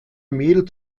mehl